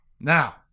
Now